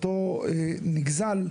אותו נגזל,